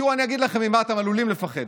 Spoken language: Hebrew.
תראו, אני אגיד לכם ממה אתם עלולים לפחד: